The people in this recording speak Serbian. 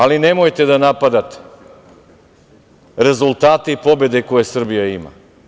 Ali, nemojte da napadate rezultate i pobede koje Srbija ima.